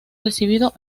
recibido